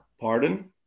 Pardon